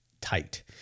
tight